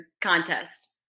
contest